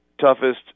toughest